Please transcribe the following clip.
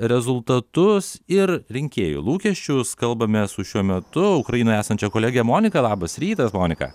rezultatus ir rinkėjų lūkesčius kalbame su šiuo metu ukrainoje esančia kolege monika labas rytas monika